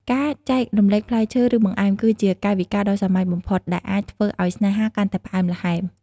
ការចែករំលែកផ្លែឈើ ឬបង្អែម គឺជាកាយវិការដ៏សាមញ្ញបំផុត ដែលអាចធ្វើឱ្យស្នេហាកាន់តែផ្អែមល្ហែម។